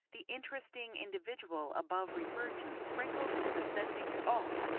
the interesting individual above referred to sprinkles his assenting o,